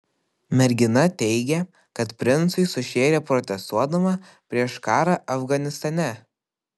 mergina teigė kad princui sušėrė protestuodama prieš karą afganistane